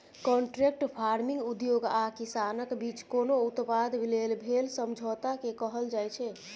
contract farming उद्योग आ किसानक बीच कोनो उत्पाद लेल भेल समझौताकेँ कहल जाइ छै